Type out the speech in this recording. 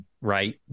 right